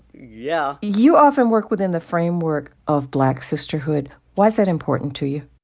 yeah you often work within the framework of black sisterhood. why is that important to you?